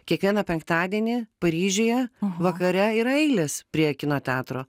kiekvieną penktadienį paryžiuje vakare yra eilės prie kino teatro